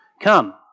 Come